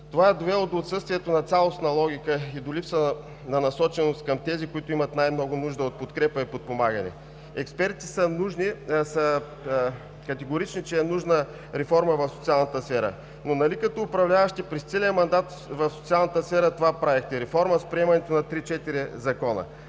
Това е довело до отсъствието на цялостна логика и до липса на насоченост към тези, които имат най-много нужда от подкрепа и подпомагане. Експертите са категорични, че е нужна реформа в социалната сфера. Но нали като управляващи през целия мандат това правихте в социалната сфера – реформа с приемането на три-четири закона.